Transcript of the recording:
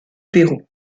pérou